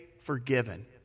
forgiven